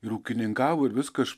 ir ūkininkavo ir viskas